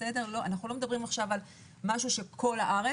אנחנו לא מדברים עכשיו על כל הארץ.